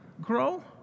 grow